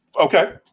Okay